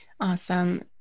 Awesome